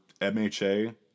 MHA